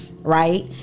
Right